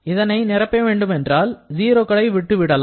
இதனை இருக்க வேண்டுமானால் 0 களை விட்டுவிடலாம்